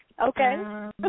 Okay